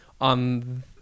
on